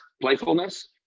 playfulness